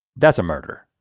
that's a murder.